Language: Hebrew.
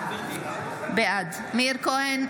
בעד מאיר כהן,